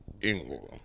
England